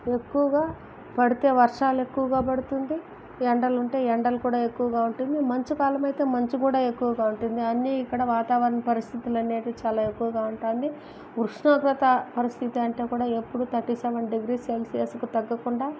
ఎక్కువగా పడితే వర్షాలు ఎక్కువగా పడుతుంది ఎండలు ఉంటే ఎండలు కూడా ఎక్కువగా ఉంటుంది మంచు కాలం అయితే మంచు కూడా ఎక్కువగా ఉంటుంది అన్నీఇక్కడ వాతావరణం పరిస్థితులు అనేటివి చాలా ఎక్కువగా ఉంటుంది ఉష్ణోగ్రత పరిస్థితి ఏంటో కూడా ఎప్పుడు థర్టీ సెవెన్ డిగ్రీస్ సెల్సియస్ కు తగ్గకుండా